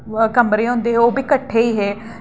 कमरे होंदे हे ओह् बी कट्ठे ई हे